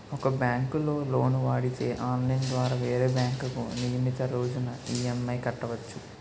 ఒక బ్యాంకులో లోను వాడితే ఆన్లైన్ ద్వారా వేరే బ్యాంకుకు నియమితు రోజున ఈ.ఎం.ఐ కట్టవచ్చు